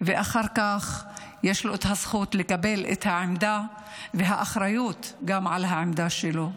ואחר כך יש לו את הזכות לקבל את העמדה וגם את האחריות לעמדה שלו.